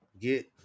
get